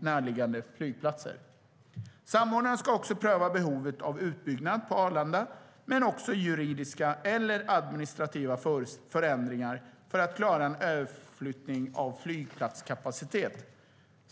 närliggande flygplatser. Samordnaren ska också pröva behovet av utbyggnad på Arlanda, men också juridiska eller administrativa förändringar för att klara en överflyttning av flygplatskapacitet.